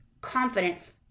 Confidence